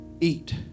eat